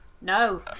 No